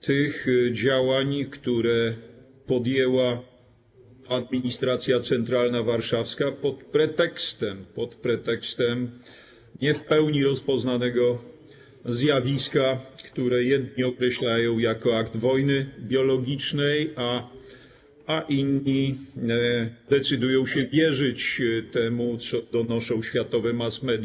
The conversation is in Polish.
tych działań, które podjęła administracja centralna warszawska pod pretekstem nie w pełni rozpoznanego zjawiska, które jedni określają jako akt wojny biologicznej, a inni decydują się wierzyć temu, co donoszą światowe mass media.